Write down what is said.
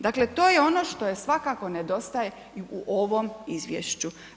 Dakle, to je ono što je svakako nedostaje i u ovom izvješću.